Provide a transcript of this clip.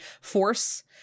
force